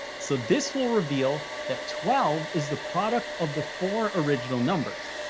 so this will reveal that twelve is the product of the four original numbers.